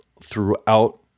throughout